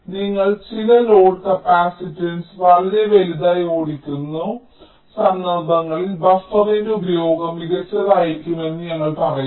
നിങ്ങൾ ചില load capacitance വളരെ വലുതായി ഓടിക്കുന്ന സന്ദർഭങ്ങളിൽ ബഫറിന്റെ ഉപയോഗം മികച്ചതായിരിക്കുമെന്ന് ഞങ്ങൾ പറയുന്നു